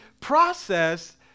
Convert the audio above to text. process